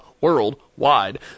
Worldwide